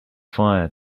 fire